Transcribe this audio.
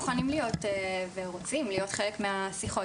מוכנים להיות ורוצים להיות חלק מהשיחות,